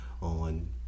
on